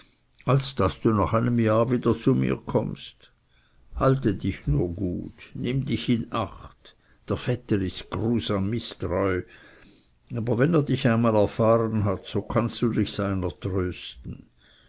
als daß du nach einem jahr wieder zu mir kommst halte dich nur gut nimm dich in acht der vetter ist grusam mißtreu aber wenn er dich einmal erfahren hat so kannst du dich seiner trösten